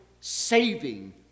saving